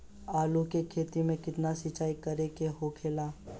आलू के खेती में केतना सिंचाई करे के होखेला?